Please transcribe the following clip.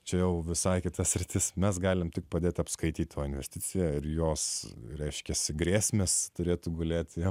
čia jau visai kita sritis mes galime padėti apskaityti o investicija ir jos reiškiasi grėsmės turėtų gulėti